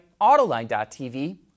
autoline.tv